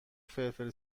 فلفل